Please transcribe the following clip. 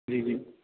जी जी